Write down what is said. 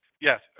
Yes